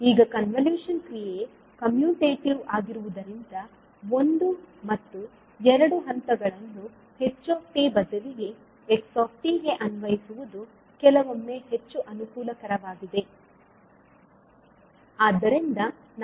ಈಗ ಕನ್ವಲೂಶನ್ ಕ್ರಿಯೆ ಕಮ್ಯುಟೇಟಿವ್ ಆಗಿರುವುದರಿಂದ ಒಂದು ಮತ್ತು ಎರಡು ಹಂತಗಳನ್ನು ℎ𝑡 ಬದಲಿಗೆ 𝑥𝑡 ಗೆ ಅನ್ವಯಿಸುವುದು ಕೆಲವೊಮ್ಮೆ ಹೆಚ್ಚು ಅನುಕೂಲಕರವಾಗಿದೆ